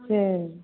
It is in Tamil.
சரிங்க